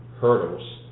hurdles